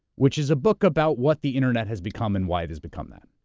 which is a book about what the internet has become and why it has become that.